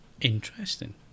Interesting